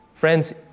Friends